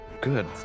good